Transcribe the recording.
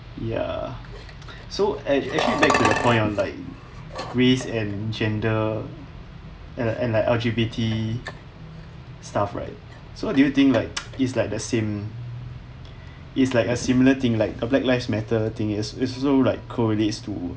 ya so at actually back to the point on like race and gender and and like L_G_B_T stuff right so do you think like is like the same is like a similar thing like a black lives matter thing is is also correlate to